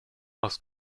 aus